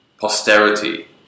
posterity